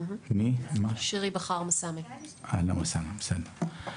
אהלן וסהלן.